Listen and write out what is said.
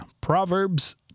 Proverbs